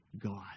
God